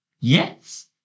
yes